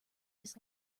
his